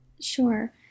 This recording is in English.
Sure